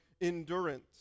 endurance